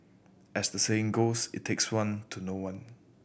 as the saying goes it takes one to know one